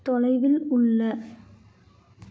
தொலைவில் உள்ள